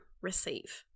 receive